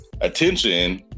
attention